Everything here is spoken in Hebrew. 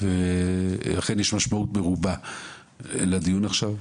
ואכן יש משמעות מרובה לדיון עכשיו.